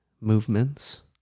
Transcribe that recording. movements